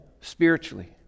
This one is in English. spiritually